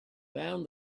found